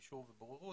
פישור ובוררות